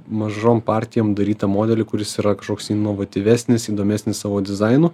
mažom partijom darytą modelį kuris yra kažkoks inovatyvesnis įdomesnis savo dizainu